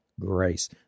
Grace